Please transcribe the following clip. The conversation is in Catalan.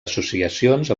associacions